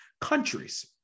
countries